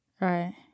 right